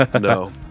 no